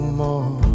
more